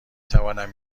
توانم